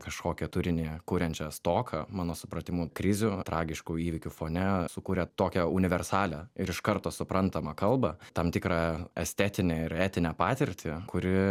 kažkokią turinį kuriančią stoką mano supratimu krizių tragiškų įvykių fone sukuria tokią universalią ir iš karto suprantamą kalbą tam tikrą estetinę ir etinę patirtį kuri